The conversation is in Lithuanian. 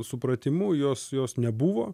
supratimu jos jos nebuvo